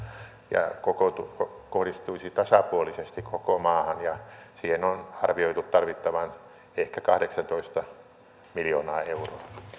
ja kohdistuisi tasapuolisesti koko maahan siihen on arvioitu tarvittavan ehkä kahdeksantoista miljoonaa euroa